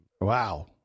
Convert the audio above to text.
wow